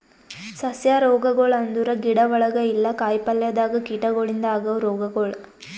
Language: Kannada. ಸಸ್ಯ ರೋಗಗೊಳ್ ಅಂದುರ್ ಗಿಡ ಒಳಗ ಇಲ್ಲಾ ಕಾಯಿ ಪಲ್ಯದಾಗ್ ಕೀಟಗೊಳಿಂದ್ ಆಗವ್ ರೋಗಗೊಳ್